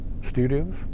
studios